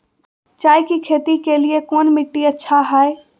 चाय की खेती के लिए कौन मिट्टी अच्छा हाय?